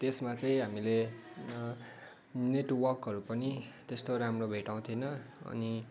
त्यसमा चाहिँ हामीले नेटवर्कहरू पनि त्यस्तो राम्रो भेटाउँथिएन अनि